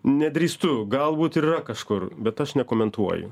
nedrįstu galbūt ir yra kažkur bet aš nekomentuoju